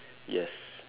yes